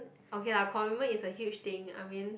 okay lah commitment is a huge thing I mean